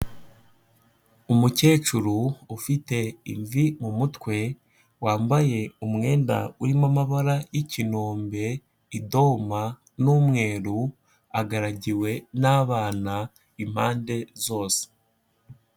Umukecuru ufite imvi mu mutwe, wambaye umwenda urimo amabara y'ikinombe, idoma, n'umweru ,agaragiwe n'abana impande zose.